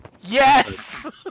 Yes